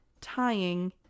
tying